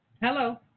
Hello